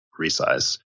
resize